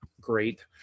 Great